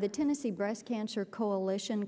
the tennessee breast cancer coalition